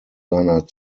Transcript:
seiner